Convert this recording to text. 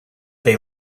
they